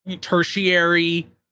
tertiary